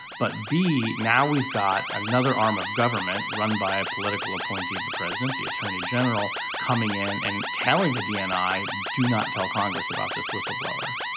but b now we've got another arm of government run by a political appointee of the president the attorney general coming in and telling the dni do not tell congress about this whistleblower.